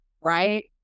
right